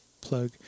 plug